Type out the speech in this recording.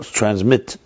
transmit